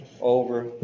over